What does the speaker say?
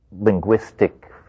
linguistic